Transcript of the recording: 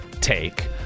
take